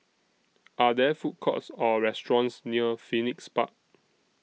Are There Food Courts Or restaurants near Phoenix Park